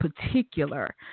particular